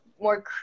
more